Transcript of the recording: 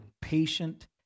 patient